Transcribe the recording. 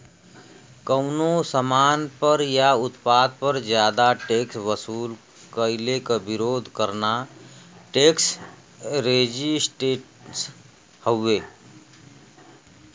कउनो सामान पर या उत्पाद पर जादा टैक्स वसूल कइले क विरोध करना टैक्स रेजिस्टेंस हउवे